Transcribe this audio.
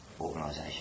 organisation